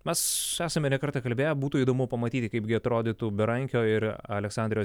mes esame ne kartą kalbėję būtų įdomu pamatyti kaipgi atrodytų berankio ir aleksandro